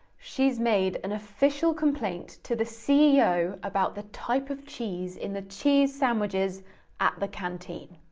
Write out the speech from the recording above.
she's made an official complaint to the ceo about the type of cheese in the cheese sandwiches at the canteen.